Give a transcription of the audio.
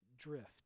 Drift